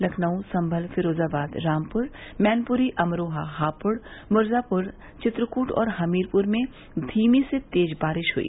लखनऊ संभल फिरोजाबाद रामपुर मैनपुरी अमरोहा हापुड़ मिर्जापुर चित्रकूट और हमीरपुर में धीमी से तेज बारिश हुई